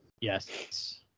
Yes